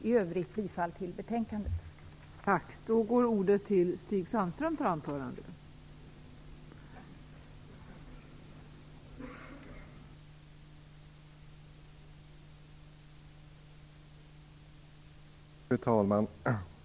I övrigt yrkar jag bifall till hemställan i betänkandet.